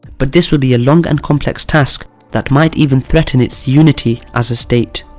but this will be a long and complex task that might even threaten its unity as a state.